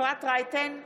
אפרת רייטן מרום,